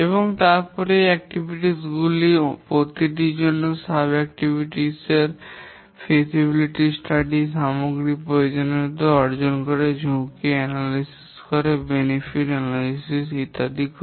এবং তারপরে এই কার্যক্রম গুলির প্রতিটি জন্য উপ কার্যক্রম র সম্ভাব্যতা অধ্যয়ন সামগ্রিক প্রয়োজনীয়তা অর্জন করে ঝুঁকি বিশ্লেষণ করে benefit বিশ্লেষণ ইত্যাদি করে